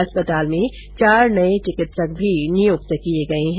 अस्पताल में चार नये चिकित्सक भी नियुक्त किए गए हैं